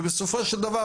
ובסופו של דבר,